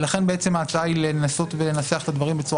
לכן ההצעה היא לנסח את הדברים כך